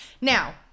Now